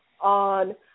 on